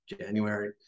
January